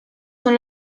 son